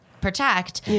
protect